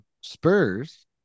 Spurs